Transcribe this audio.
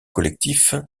collectif